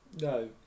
no